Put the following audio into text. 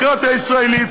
חלק מהדמוקרטיה הישראלית,